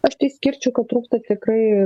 aš tai išskirčiau kad trūksta tikrai